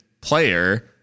player